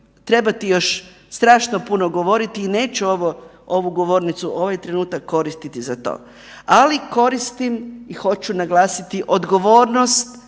trebati još strašno puno govoriti i neću ovu govornicu, ovaj trenutak koristiti za to, ali koristim i hoću naglasiti odgovornost